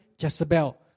Jezebel